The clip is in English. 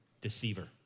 Deceiver